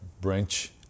branch